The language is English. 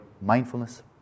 mindfulness